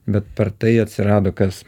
bet per tai atsirado kas